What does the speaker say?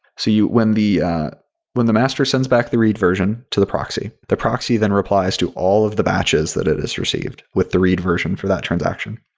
so when the when the master sends back the read version to the proxy, the proxy then replies to all of the batches that it has received with the read version for that transaction.